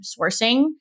sourcing